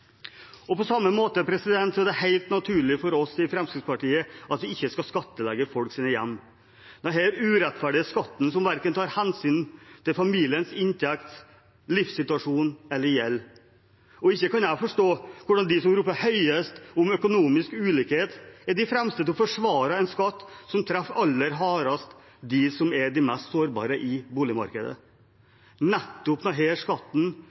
På samme måte er det helt naturlig for oss i Fremskrittspartiet at vi ikke skal skattlegge folks hjem – denne urettferdige skatten, som verken tar hensyn til familiens inntekt, livssituasjon eller gjeld. Og ikke kan jeg forstå hvordan de som roper høyest om økonomisk ulikhet, kan være de fremste til å forsvare en skatt som treffer aller hardest de mest sårbare i boligmarkedet. Nettopp denne skatten er en av de